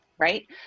Right